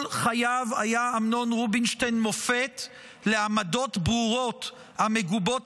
כל חייו היה אמנון רובינשטיין מופת לעמדות ברורות המגובות